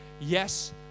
yes